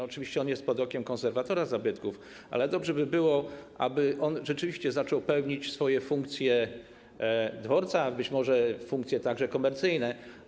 Oczywiście ten dworzec jest pod okiem konserwatora zabytków, ale dobrze by było, aby on rzeczywiście zaczął pełnić swoje funkcje dworca, a być może funkcje także komercyjne.